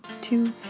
two